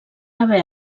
haver